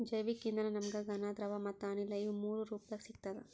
ಜೈವಿಕ್ ಇಂಧನ ನಮ್ಗ್ ಘನ ದ್ರವ ಮತ್ತ್ ಅನಿಲ ಇವ್ ಮೂರೂ ರೂಪದಾಗ್ ಸಿಗ್ತದ್